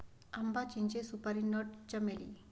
आंबा, चिंचे, सुपारी नट, चमेली